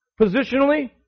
Positionally